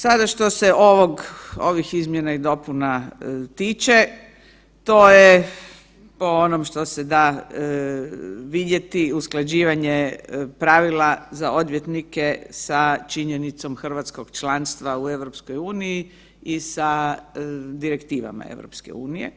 Sada što se ovih izmjena i dopuna tiče, to je po onom što se da vidjeti usklađivanje pravila za odvjetnike sa činjenicom hrvatskog članstva u EU i sa direktivama EU.